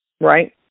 right